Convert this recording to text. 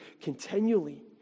continually